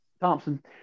Thompson